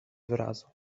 wyrazu